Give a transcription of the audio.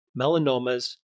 melanomas